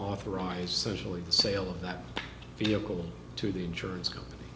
authorize socially the sale of that vehicle to the insurance company